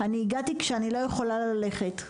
אני הגעתי כשאני לא יכולה ללכת.